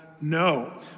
No